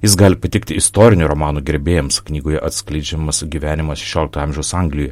jis gali patikti istorinių romanų gerbėjams knygoje atskleidžiamas gyvenimas šešiolikto amžiaus anglijoj